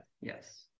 Yes